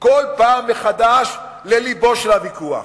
כל פעם מחדש, ללבו של הוויכוח,